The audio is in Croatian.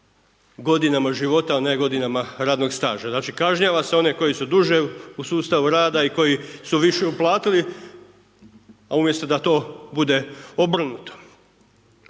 godinama života a ne godinama radnog staža. Znači kažnjava se one koji su duže u sustavu rada i koji su više uplatili a umjesto da to bude obrnuto.